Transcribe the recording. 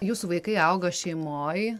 jūsų vaikai auga šeimoj